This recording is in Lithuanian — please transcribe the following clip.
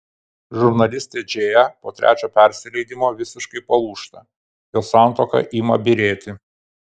žurnalistė džėja po trečio persileidimo visiškai palūžta jos santuoka ima byrėti